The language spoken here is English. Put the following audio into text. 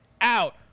out